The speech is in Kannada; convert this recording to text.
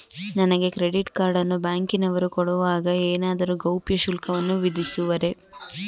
ನನಗೆ ಕ್ರೆಡಿಟ್ ಕಾರ್ಡ್ ಅನ್ನು ಬ್ಯಾಂಕಿನವರು ಕೊಡುವಾಗ ಏನಾದರೂ ಗೌಪ್ಯ ಶುಲ್ಕವನ್ನು ವಿಧಿಸುವರೇ?